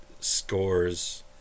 scores